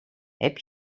heb